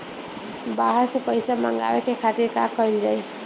बाहर से पइसा मंगावे के खातिर का कइल जाइ?